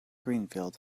greenfield